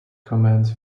comments